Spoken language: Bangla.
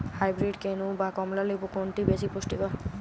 হাইব্রীড কেনু না কমলা লেবু কোনটি বেশি পুষ্টিকর?